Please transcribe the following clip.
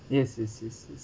yes yes yes yes